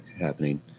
happening